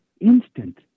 instant